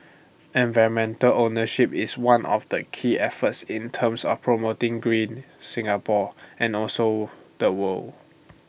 environmental ownership is one of the key efforts in terms of promoting green Singapore and also the world